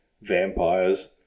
vampires